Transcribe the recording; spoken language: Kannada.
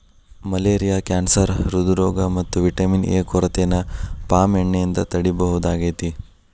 ಮಲೇರಿಯಾ ಕ್ಯಾನ್ಸರ್ ಹ್ರೃದ್ರೋಗ ಮತ್ತ ವಿಟಮಿನ್ ಎ ಕೊರತೆನ ಪಾಮ್ ಎಣ್ಣೆಯಿಂದ ತಡೇಬಹುದಾಗೇತಿ